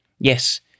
Yes